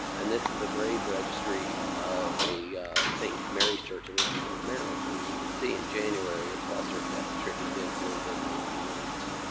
and this is a graves registry of a saint mary's church in rockwell, maryland. and you can see in january a cluster of deaths attributed to influenza in nineteen nineteen